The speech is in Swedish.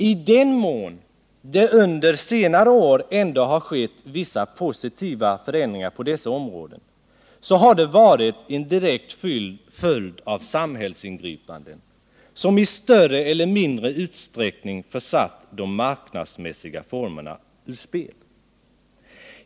I den mån det under senare år ändå har skett vissa positiva förändringar på dessa områden har de varit en direkt följd av samhällsingripanden som i större eller mindre utsträckning satt de marknadsmässiga formerna ur spel.